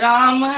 Ram